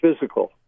physical